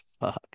Fuck